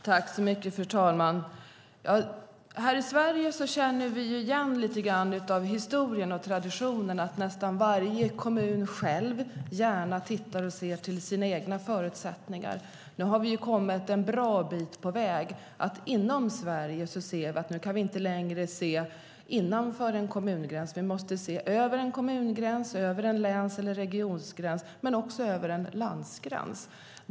Fru talman! Här i Sverige känner vi igen lite grann av historien och traditionen att nästan varje kommun själv gärna ser till sina egna förutsättningar. Vi har dock kommit en bra bit på väg. Inom Sverige kan vi inte längre se innanför en kommungräns. Vi måste se över en kommungräns, över en läns eller regiongräns men också över en landsgräns.